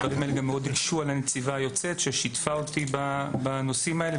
הדברים האלה גם מאוד הקשו על הנציבה היוצאת ששיתפה אותי בנושאים האלה.